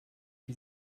die